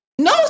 No